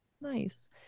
Nice